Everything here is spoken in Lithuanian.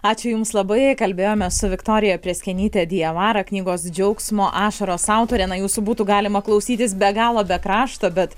ačiū jums labai kalbėjome su viktorija prėskienyte diavara knygos džiaugsmo ašaros autore na jūsų būtų galima klausytis be galo be krašto bet